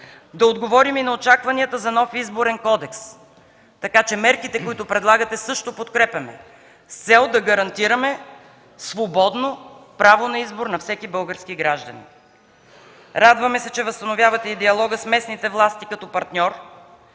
да отговорим и на очакванията за нов Изборен кодекс, така че мерките, които предлагате, също подкрепяме с цел да гарантираме свободно право на избор на всеки български гражданин. Радваме се, че възстановявате и диалога с местните власти като партньор.